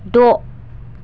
द'